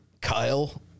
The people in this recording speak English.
Kyle